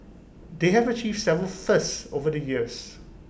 they have achieved several firsts over the years